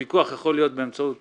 הפיקוח יכול להיות באמצעות